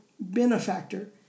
Benefactor